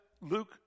Luke